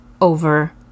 over